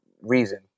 reason